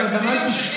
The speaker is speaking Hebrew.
אבל גם אל תשכח,